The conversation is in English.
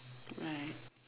right